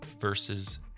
versus